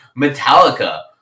metallica